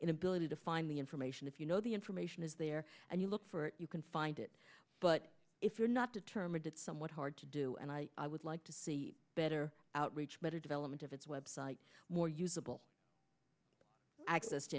inability to find the information if you know the information is there and you look for it you can find it but if you're not determined it's somewhat hard to do and i would like to see better outreach better development of its web site more usable access to